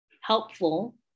helpful